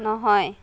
নহয়